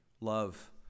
Love